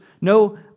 no